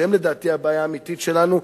שהם לדעתי הבעיה האמיתית שלנו,